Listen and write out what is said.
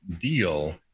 deal